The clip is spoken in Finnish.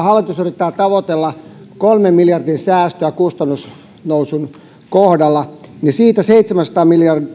hallitus yrittää tavoitella kolmen miljardin säästöä kustannusnousun kohdalla niin siitä seitsemänsataa